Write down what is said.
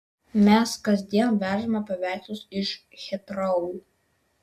mes kasdien vežame paveikslus iš hitrou